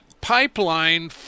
pipeline